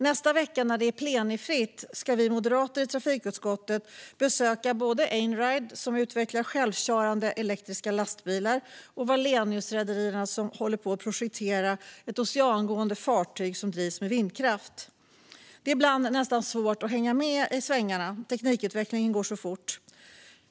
Nästa vecka, när det är plenifritt, ska vi moderater i trafikutskottet besöka både Einride, som utvecklar självkörande elektriska lastbilar, och Walleniusrederierna, som håller på att projektera ett oceangående fartyg som drivs med vindkraft. Det är ibland nästan svårt att hänga med i svängarna; teknikutvecklingen går så fort.